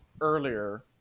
earlier